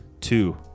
Two